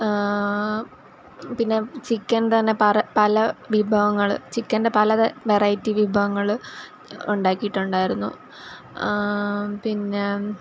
പിന്നെ ചിക്കൻ തന്നെ പര പല വിഭവങ്ങള് ചിക്കന്റെ പലത വെറൈറ്റി വിഭവങ്ങള് ഉണ്ടാക്കിയിട്ടുണ്ടായിരുന്നു പിന്നെ